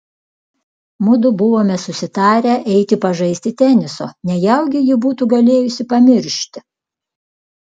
mudu buvome susitarę eiti pažaisti teniso nejaugi ji būtų galėjusi pamiršti